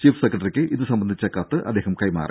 chief സെക്രട്ടറിക്ക് ഇതു സംബന്ധിച്ച കത്ത് അദ്ദേഹം കൈമാറി